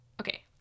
okay